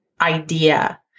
idea